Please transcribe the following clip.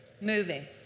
Moving